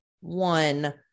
one